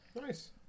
Nice